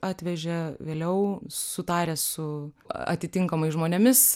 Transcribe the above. atvežė vėliau sutaręs su atitinkamais žmonėmis